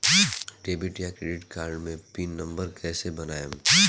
Debit या credit card मे pin number कैसे बनाएम?